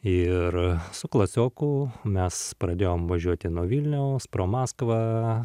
ir su klasioku mes pradėjom važiuoti nuo vilniaus pro maskvą